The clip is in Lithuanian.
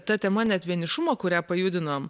ta tema net vienišumo kurią pajudinom